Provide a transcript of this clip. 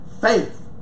Faith